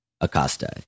Acosta